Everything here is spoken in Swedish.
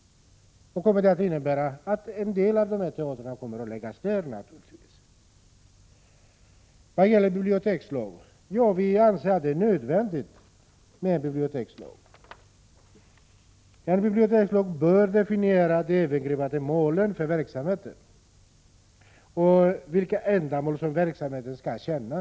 Det gör att en del teatergrupper blir tvingade att lägga ned sin verksamhet. Vi anser att det är nödvändigt med en bibliotekslag. Den bör definiera det övergripande målet för verksamheten och vilka ändamål som verksamheten skall tjäna.